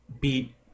beat